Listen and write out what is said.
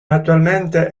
attualmente